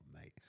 mate